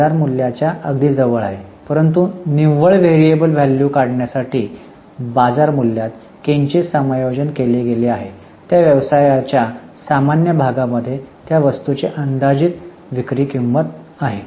हे बाजार मूल्याच्या अगदी जवळ आहे परंतु निव्वळ व्हेरिझिबल व्हॅल्यू काढण्यासाठी बाजार मूल्यात किंचित समायोजन केले गेले आहे त्या व्यवसायाच्या सामान्य भागामध्ये त्या वस्तूची अंदाजित विक्री किंमत आहे